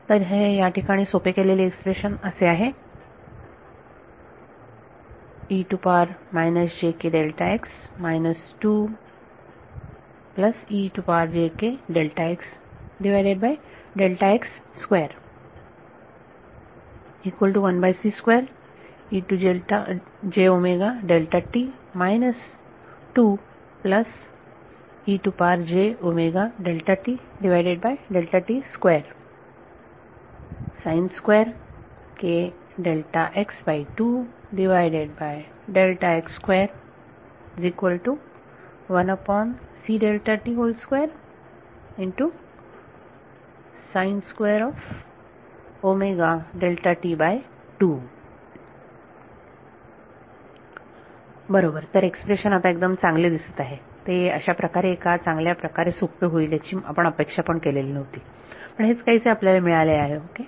तर हे याठिकाणी सोपे केलेले एक्सप्रेशन असे आहे बरोबर तर एक्सप्रेशन आता एकदम चांगले दिसत आहे ते अशा प्रकारे अशा चांगल्या प्रकारे सोपे होईल याची आपण अपेक्षा केलेली नव्हती पण हेच काहीसे आपल्याला मिळाले आहे ओके